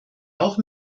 auch